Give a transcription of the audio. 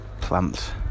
plants